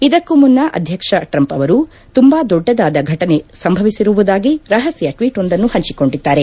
ಇದಕ್ಕೂ ಮುನ್ನ ಅಧ್ಯಕ್ಷ ಟ್ರಂಪ್ ಅವರು ತುಂಬಾ ದೊಡ್ಡದಾದ ಘಟನೆ ಸಂಭವಿಸಿರುವುದಾಗಿ ರಹಸ್ಯ ಟ್ವೀಟ್ ಒಂದನ್ನು ಹಂಚಿಕೊಂಡಿದ್ದಾರೆ